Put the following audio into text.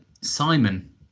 simon